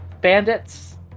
bandits